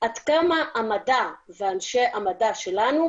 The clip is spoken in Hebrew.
עד כמה המדע ואנשי המדע שלנו,